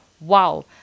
Wow